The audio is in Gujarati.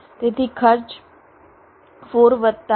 તેથી ખર્ચ 4 વત્તા 1